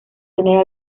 tener